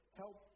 help